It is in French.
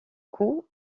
cou